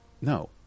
No